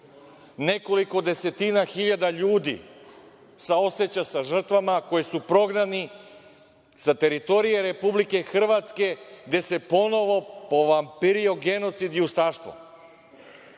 Nekoliko desetina hiljada ljudi saoseća sa žrtvama koje su prognane sa teritorije Republike Hrvatske, gde se ponovo povampirio genocid i ustaštvo.